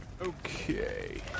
Okay